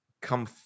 come